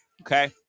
Okay